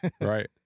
right